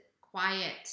quiet